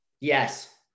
Yes